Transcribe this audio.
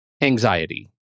anxiety